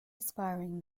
aspiring